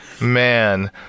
man